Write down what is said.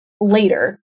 later